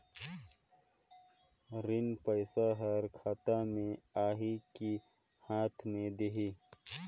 ऋण पइसा हर खाता मे आही की हाथ मे देही?